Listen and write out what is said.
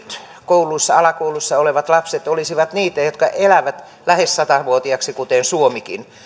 kouluissa alakouluissa olevat lapset olisivat niitä jotka elävät lähes sata vuotiaiksi kuten suomikin